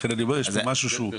לכן אני אומר, יש פה משהו בעייתי.